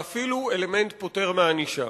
ואפילו אלמנט פוטר מענישה.